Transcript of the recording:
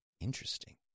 Interesting